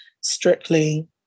strictly